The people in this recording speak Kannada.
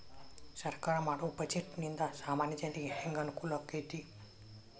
ಸರ್ಕಾರಾ ಮಾಡೊ ಬಡ್ಜೆಟ ನಿಂದಾ ಸಾಮಾನ್ಯ ಜನರಿಗೆ ಹೆಂಗ ಅನುಕೂಲಕ್ಕತಿ?